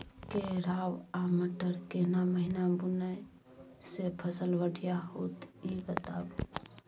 केराव आ मटर केना महिना बुनय से फसल बढ़िया होत ई बताबू?